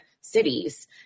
cities